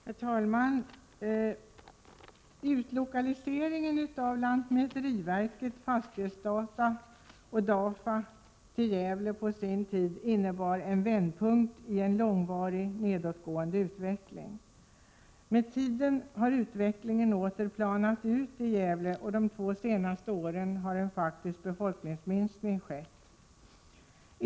Herr talman! Utlokaliseringen av lantmäteriverket, fastighetsdata och DAFA till Gävle på sin tid innebar en vändpunkt i en långvarig nedåtgående utveckling. Med tiden har utvecklingen åter planat ut i Gävle, och under de två senaste åren har en faktisk befolkningsminskning skett.